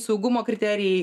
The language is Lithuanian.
saugumo kriterijai